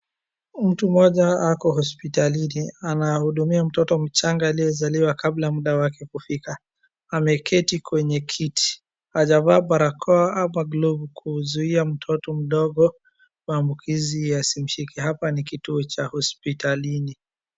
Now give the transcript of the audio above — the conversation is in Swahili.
Mtu mmoja ako hospitalini anahudumia mtoto mchanga aliyezaliwa kabla ya muda wake kufika. Ameketi kwenye kiti. Hajavaa barakoa ama glovu kuzuia mtoto mdogo maambukizi yasimshike. Hapa ni kituo cha hospitalini.